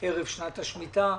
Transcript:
ערב שנת השמיטה,